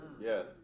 Yes